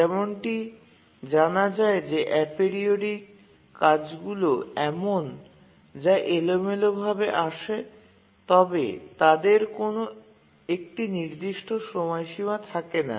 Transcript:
যেমনটি জানা যায় যে এপিওরিওডিক কাজগুলি এমন যা এলোমেলোভাবে আসে তবে তাদের কোন একটি নির্দিষ্ট সময়সীমা থাকে না